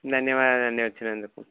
ధన్యవాదాలండి వచ్చినందుకు